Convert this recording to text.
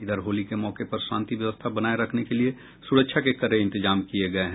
इधर होली के मौके पर शांति व्यवस्था बनाये रखने के लिए सुरक्षा के कड़े इंतजाम किये गये हैं